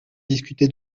discuté